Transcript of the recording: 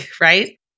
right